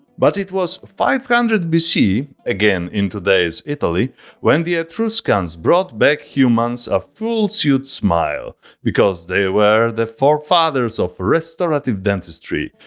but it was five hundred bc again in today's italy when the etruscans brought back humans a full suit smile because they were the forefathers of restorative dentistry.